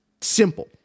simple